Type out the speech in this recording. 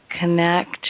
Connect